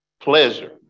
pleasure